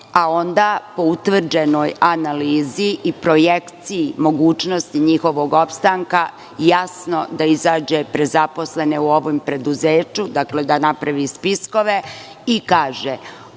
a onda po utvrđenoj analizi i projekciji mogućnosti njihovog opstanka, jasno da izađe pred zaposle u ovom preduzeću, dakle, da napravi spiskove i kaže